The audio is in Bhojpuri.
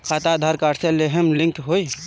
खाता आधार कार्ड से लेहम लिंक होई?